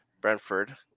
Brentford